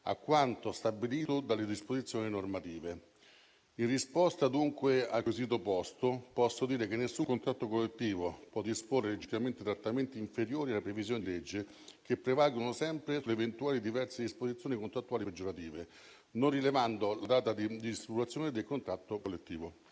a quanto stabilito dalle disposizioni normative. In risposta dunque al quesito posto, posso dire che nessun contratto collettivo può disporre legittimamente trattamenti inferiori alle previsioni di legge che prevalgono sempre sulle eventuali diverse disposizioni contrattuali peggiorative, non rilevando la data di stipulazione del contratto collettivo.